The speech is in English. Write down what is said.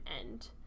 end